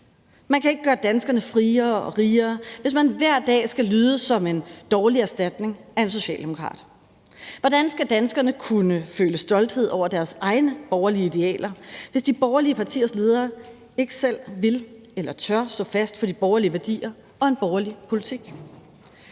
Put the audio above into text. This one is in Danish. Man kan ikke gøre danskerne friere og rigere, hvis man hver dag skal lyde som en dårlig erstatning af en socialdemokrat. Hvordan skal danskerne kunne føle stolthed over deres egne borgerlige idealer, hvis de borgerlige partiers ledere ikke selv vil eller tør stå fast på de borgerlige værdier og en borgerlig politik?